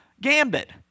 gambit